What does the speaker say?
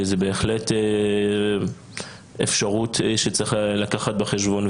זה בהחלט אפשרות שצריך לקחת בחשבון.